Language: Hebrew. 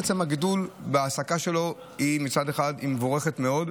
בעצם הגידול בהעסקה שלו הוא מבורך מאוד,